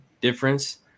Difference